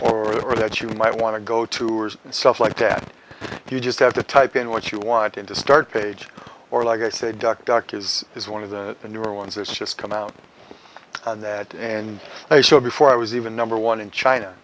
or that you might want to go to self like that you just have to type in what you want into start page or like i said doc doc is this one of the newer ones it's just come out and that and i saw before i was even number one in china